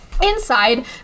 inside